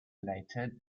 later